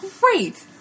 great